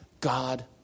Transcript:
God